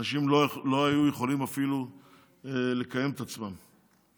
אנשים לא היו יכולים אפילו לקיים את עצמם.